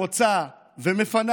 סיעת יהדות התורה והשבת אגודת ישראל,